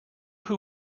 who